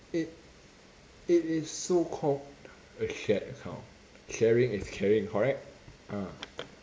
it it is so called a shared account sharing is caring correct ah